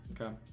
Okay